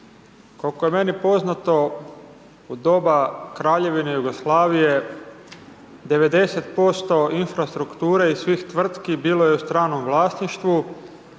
Koliko je meni poznato, u doba Kraljevine Jugoslavije 90% infrastrukture iz svih tvrtki bilo je u stranom vlasništvu